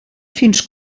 fins